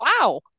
wow